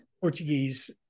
Portuguese